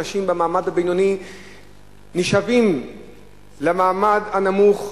אנשים במעמד הבינוני נשאבים למעמד הנמוך,